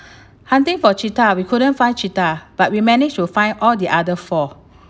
hunting for cheetah we couldn't find cheetah but we managed to find all the other four